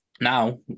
now